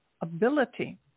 ability